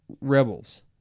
Rebels